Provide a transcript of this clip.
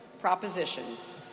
propositions